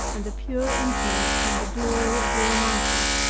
and the pure influence from the glory of the almighty.